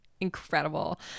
Incredible